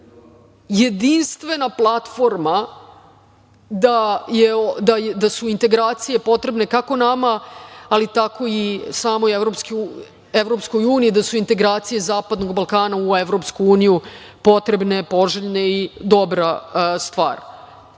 jedinstvena platforma da su integracije potrebne kako nama, ali tako i samoj EU, da su integracije zapadnog Balkana u EU potrebne, poželjne i dobra stvar. Moram